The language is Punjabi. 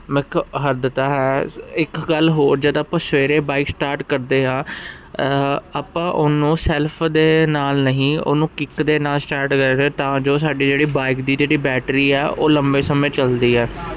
ਮੁਖ ਹੱਦ ਤਾਂ ਹੈ ਇੱਕ ਗੱਲ ਹੋਰ ਜਦ ਆਪਾਂ ਸਵੇਰੇ ਬਾਈਕ ਸਟਾਰਟ ਕਰਦੇ ਹਾਂ ਆਪਾਂ ਉਹਨੂੰ ਸੈਲਫ ਦੇ ਨਾਲ ਨਹੀਂ ਉਹਨੂੰ ਕਿੱਕ ਦੇ ਨਾਲ ਸਟਾਰਟ ਕਰਦੇ ਤਾਂ ਜੋ ਸਾਡੀ ਜਿਹੜੀ ਬਾਈਕ ਦੀ ਜਿਹੜੀ ਬੈਟਰੀ ਆ ਉਹ ਲੰਬੇ ਸਮੇਂ ਚਲਦੀ ਹੈ